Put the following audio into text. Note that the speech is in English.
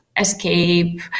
escape